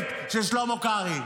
המטורפת של שלמה קרעי.